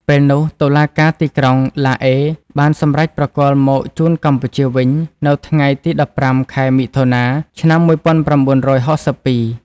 ពេលនោះ តុលាការទីក្រុងឡាអេបានសម្រេចប្រគល់មកជូនកម្ពុជាវិញនៅថ្ងៃទី១៥ ខែមិថុនា ឆ្នាំ១៩៦២។